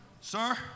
Sir